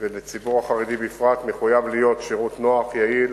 להיות שירות נוח ויעיל